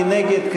מי נגד?